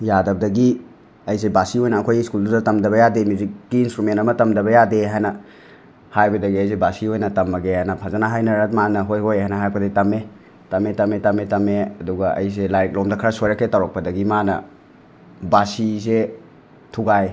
ꯌꯥꯗꯕꯗꯒꯤ ꯑꯩꯁꯦ ꯕꯥꯁꯤ ꯑꯣꯏꯅ ꯑꯩꯈꯣꯏꯒꯤ ꯁ꯭ꯀꯨꯜꯗꯨꯗ ꯇꯝꯗꯕ ꯌꯥꯗꯦ ꯃ꯭ꯌꯨꯖꯤꯛꯀꯤ ꯏꯟꯁꯇ꯭ꯔꯨꯃꯦꯟ ꯑꯃ ꯇꯝꯗꯕ ꯌꯥꯗꯦ ꯍꯥꯏꯅ ꯍꯥꯏꯕꯗꯒꯤ ꯑꯩꯁꯦ ꯕꯥꯁꯤ ꯑꯣꯏꯅ ꯇꯝꯃꯒꯦꯅ ꯐꯖꯅ ꯍꯥꯏꯅꯔ ꯃꯥꯅ ꯍꯣꯏ ꯍꯣꯏ ꯑꯅ ꯍꯥꯏꯔꯛꯄꯗꯒꯤ ꯇꯝꯃꯦ ꯇꯝꯃꯦ ꯇꯝꯃꯦ ꯇꯝꯃꯦ ꯇꯝꯃꯦ ꯑꯗꯨꯒ ꯑꯩꯁꯦ ꯂꯥꯏꯔꯤꯛꯂꯣꯝꯗ ꯈꯔ ꯁꯣꯏꯔꯛꯀꯦ ꯇꯧꯔꯛꯄꯗꯒꯤ ꯃꯥꯅ ꯕꯥꯁꯤꯁꯦ ꯊꯨꯒꯥꯏ